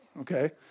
okay